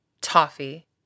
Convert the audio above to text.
toffee